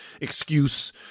excuse